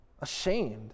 ashamed